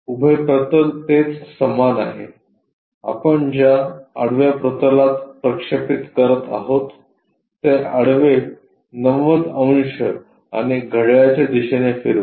उभे प्रतल तेच समान आहे आपण ज्या आडव्या प्रतलात प्रक्षेपित करत आहोत ते आडवे 90 अंश आणि घड्याळाच्या दिशेने फिरवा